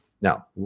Now